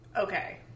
Okay